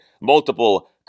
multiple